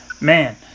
man